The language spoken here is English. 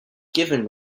given